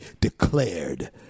declared